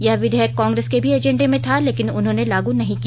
यह विधेयक कांग्रेस के भी एजेंडे में था लेकिन उन्होंने लागू नहीं किया